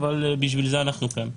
בשביל זה אנחנו כאן.